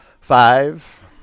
Five